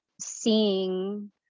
seeing